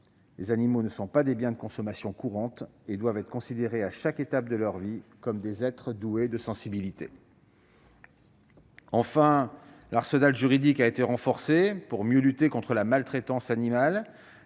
Les animaux ne sont pas des biens de consommation courante ; ils doivent être considérés à chaque étape de leur vie comme des êtres doués de sensibilité. Enfin, l'arsenal juridique a été renforcé pour mieux lutter contre la maltraitance animale.